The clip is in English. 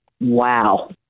Wow